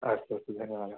अस्तु धन्यवादः